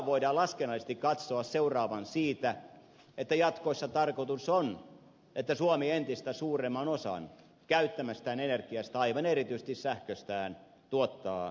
osan voidaan laskennallisesti katsoa seuraavan siitä että jatkossa tarkoitus on että suomi entistä suuremman osan käyttämästään energiasta aivan erityisesti sähköstään tuottaa täällä suomessa